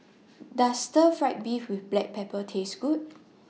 Does Stir Fried Beef with Black Pepper Taste Good